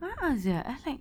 uh uh sia I like